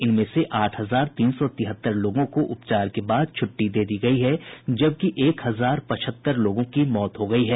इनमें से आठ हजार तीन सौ तिहत्तर लोगों को उपचार के बाद छुट्टी दे दी गई है जबकि एक हजार पचहत्तर लोगों की मौत हो गई है